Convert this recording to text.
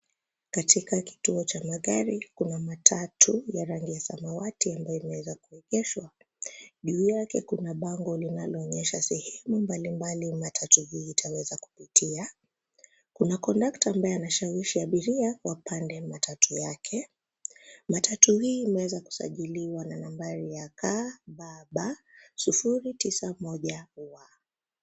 Katika kituo cha magari kuna matatu ya rangi ya samawati ambayo imeweza kuegeshwa, juu yake kuna bango linaloonyesha sehemu mbalimbali matatu hii itaweza kupitia. Kuna kondakta ambaye anashawishi abiria wapande matatu yake. Matatu hii imeanza kusajiriwa na nambari ya KBB 091W.